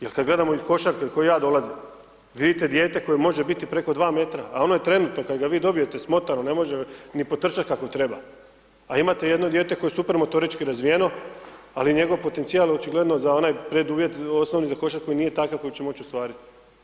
Jer kada gledamo iz košarke, iz koje ja dolazim, vidite dijete koje može biti preko 2 metra ali ono je trenutno kada ga vi dobijete smotano, ne može ni potrčati kako treba a imate jedno dijete koje je super motorički razvijeno ali njegov potencijal očigledno za onaj preduvjet osnovni za košarku i nije takav koji će moći ostvariti.